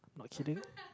not kidding